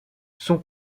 son